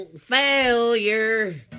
failure